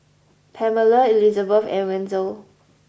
Pamella Elisabeth and Wenzel